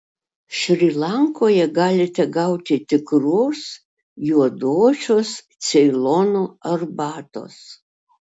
šri lankoje galite gauti tikros juodosios ceilono arbatos